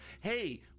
hey